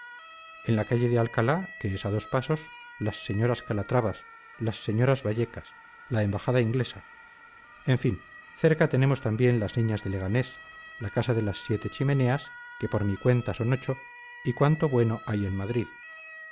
en la calle de alcalá que es a dos pasos las señoras calatravas las señoras vallecas la embajada inglesa en fin cerca tenemos también las niñas de leganés la casa de las siete chimeneas que por mi cuenta son ocho y cuanto bueno hay en madrid